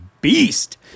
beast